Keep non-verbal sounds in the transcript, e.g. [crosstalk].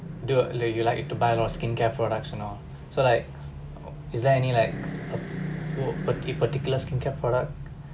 the like you like to buy a lot of skincare products you know so like is there any like [noise] pur~ [noise] particular skincare product